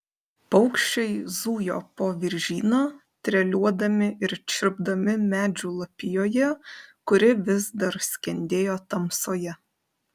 paukščiai zujo po viržyną treliuodami ir čirpdami medžių lapijoje kuri vis dar skendėjo tamsoje